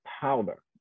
powder